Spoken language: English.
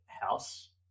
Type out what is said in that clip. house